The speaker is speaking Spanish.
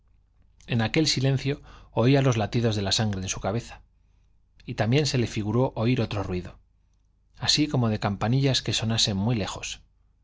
en aquel silencio oía los latidos de la sangre de su cabeza y también se le figuró oír otro ruido así como de campanillas que sonasen muy lejos